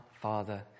Father